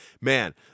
man